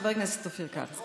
חבר הכנסת אופיר כץ.